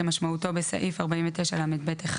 כמשמעותו בסעיף 49לב1,